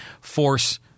force